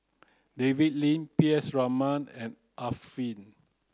David Lim P S Raman and Arifin